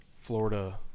Florida